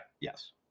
Yes